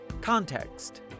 Context